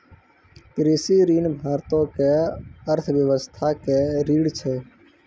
कृषि ऋण भारतो के अर्थव्यवस्था के रीढ़ छै